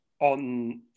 on